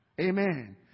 Amen